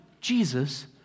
Jesus